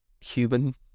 human